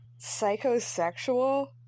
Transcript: psychosexual